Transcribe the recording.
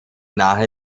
nahe